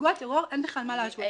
מפיגוע טרור, אין בכלל מה להשוות.